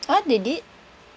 !huh! they did